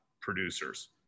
producers